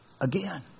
again